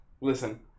listen